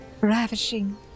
ravishing